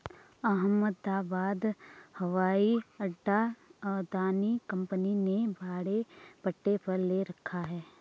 अहमदाबाद हवाई अड्डा अदानी कंपनी ने भाड़े पट्टे पर ले रखा है